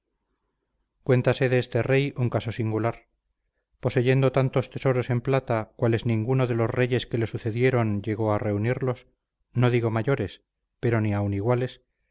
primera cuéntase de este rey un caso singular poseyendo tantos tesoros en plata cuales ninguno de los reyes que le sucedieron llegó a reunirlos no digo mayores pero ni aun iguales